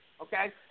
okay